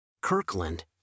Kirkland